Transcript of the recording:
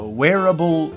wearable